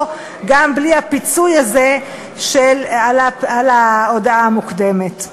גם בלי הפיצוי הזה על היעדר ההודעה המוקדמת.